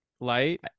light